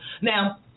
Now